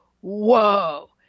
Whoa